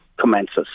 commences